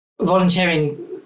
volunteering